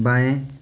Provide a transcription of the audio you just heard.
बाएँ